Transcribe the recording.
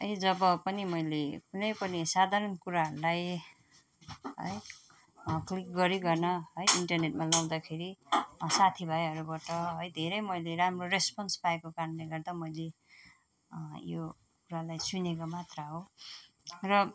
है जब पनि मैले कुनै पनि साधारण कुराहरूलाई है क्लिक गरीकन है इन्टरनेटमा लगाउँदाखेरि साथीभाइहरूबाट है धेरै मैले राम्रो रेस्पोन्स पाएको कारणले गर्दा मैले यो कुरालाई सुनेको मात्र हो र